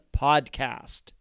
Podcast